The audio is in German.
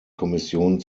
kommission